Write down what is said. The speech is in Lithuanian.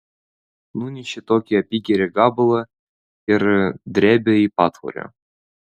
nunešė tokį apygerį gabalą ir drėbė į patvorį